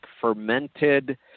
fermented